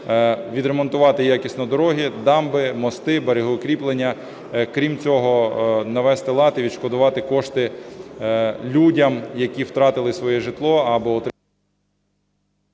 відремонтувати якісно дороги, дамби, мости, берегоукріплення, крім цього, навести лад і відшкодувати кошти людям, які втратили своє житло або…